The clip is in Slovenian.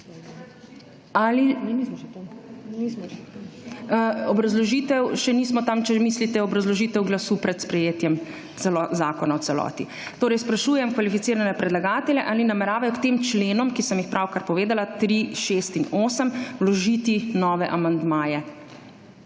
Ali… Obrazložitev, še nismo tam, če mislite obrazložitev glasu pred sprejetjem zakona v celoti. Torej, sprašujem kvalificirane predlagatelje, ali nameravajo k tem členom, ki sem jih pravkar povedala – 3., 6. in 8. – vložiti nove amandmaje?